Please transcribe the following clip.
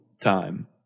time